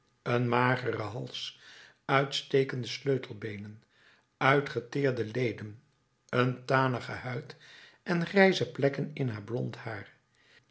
een mageren hals uitstekende sleutelbeenen uitgeteerde leden een tanige huid en grijze plekken in haar blond haar